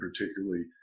particularly